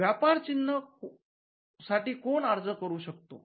व्यापार चिन्ह साठी कोण अर्ज करू शकतो